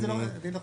לי זה לא.